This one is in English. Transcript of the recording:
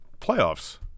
playoffs